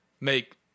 make